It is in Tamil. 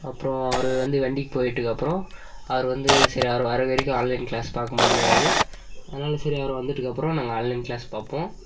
அப்றம் அவரு வந்து வண்டிக்கு போயிட்டத்துக்கு அப்பறம் அவரு வந்து சரி அவரு வரவரைக்கும் ஆன்லைன் க்ளாஸு பார்க்க முடியாது அதனால சரி அவரு வந்ததுக்கு அப்பறம் நாங்கள் ஆன்லைன் க்ளாஸ் பார்ப்போம்